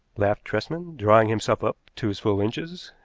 laughed tresman, drawing himself up to his full inches.